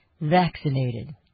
vaccinated